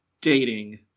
dating